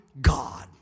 God